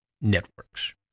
networks